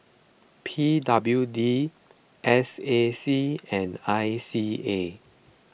P W D S A C and I C A